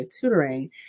tutoring